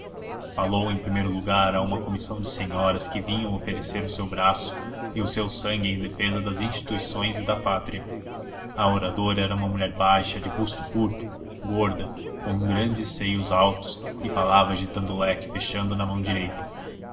falou em primeiro lugar a uma comissão de senhoras que vinham oferecer o seu braço e o seu sangue em defesa das instituições e da pátria a oradora era uma mulher baixa de busto curto gorda com grandes seios altos e falava agitando o leque fechado na mão direita